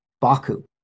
Baku